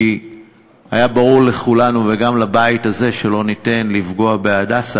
כי היה ברור לכולנו וגם לבית הזה שלא ניתן לפגוע ב"הדסה",